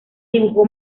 dibujó